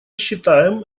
считаем